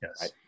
yes